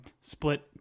split